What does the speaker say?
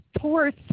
fourth